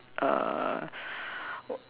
err